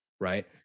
right